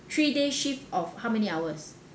three day shift of how many hours